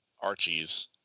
Archies